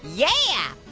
yeah!